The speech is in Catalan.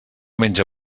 menja